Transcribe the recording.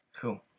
Cool